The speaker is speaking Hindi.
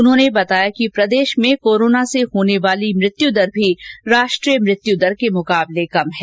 उन्होंने बताया कि प्रदेश में कोरोना से होने वाली मृत्यू दर भी राष्ट्रीय दर के मुकाबले कम है